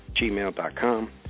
gmail.com